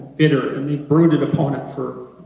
bitter and they've brooded upon it for,